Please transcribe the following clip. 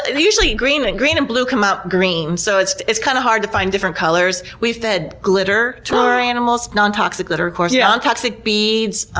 and usually green and green and blue come out green, so it's it's kind of hard to find different colors. we fed glitter to our animals nontoxic glitter, of course yeah nontoxic beads,